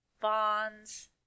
Bonds